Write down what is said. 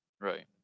right